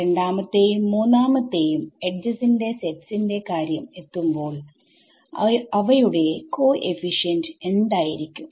രണ്ടാമത്തെയും മൂന്നാമത്തെയും എഡ്ജസിന്റെ സെറ്റ്സിന്റെ കാര്യം എത്തുമ്പോൾ അവയുടെ കോഎഫിഷ്യന്റ് എന്തായിരിക്കും